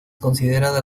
considerada